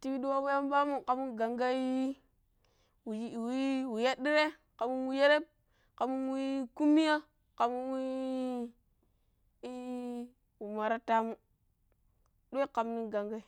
ti pidi wabu yambaamu ƙam no̱ng gang-gaga nu yeɗɗire ƙammi wa cherrep. Kammu wi kunmiya ƙamm i-i-i weema tattaamu doi kam no̱ng gang-gagai